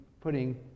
putting